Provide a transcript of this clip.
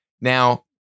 now